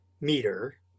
meter